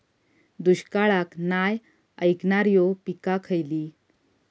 दुष्काळाक नाय ऐकणार्यो पीका खयली?